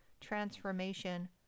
transformation